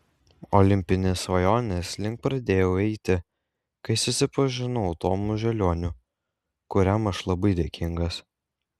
olimpinės svajonės link pradėjau eiti kai susipažinau tomu želioniu kuriam aš labai dėkingas